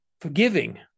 forgiving